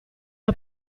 mio